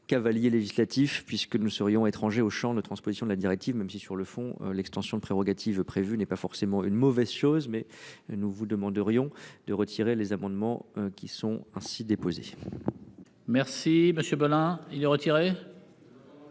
cavalier législatif puisque nous serions étranger au Champ de transposition de la directive, même si sur le fond, l'extension de prérogatives prévues n'est pas forcément une mauvaise chose mais nous vous demanderions de retirer les amendements qui sont ainsi déposé.-- Merci Monsieur Beulin. Il est retiré.